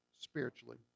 spiritually